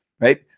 right